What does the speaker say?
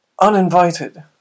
uninvited